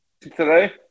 today